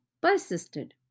persisted